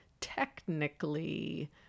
technically